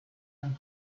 ran